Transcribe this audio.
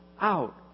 out